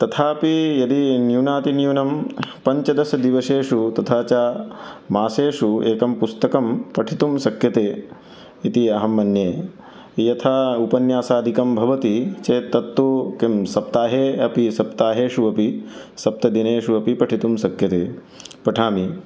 तथापि यदि न्यूनातिन्यूनं पञ्चदश दिवसेषु तथा च मासेषु एकं पुस्तकं पठितुं शक्यते इति अहं मन्ये यथा उपन्यासादिकं भवति चेत् तत्तु किं सप्ताहे अपि सप्ताहेषु अपि सप्तदिनेषु अपि पठितुं शक्यते पठामि